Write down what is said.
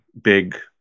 big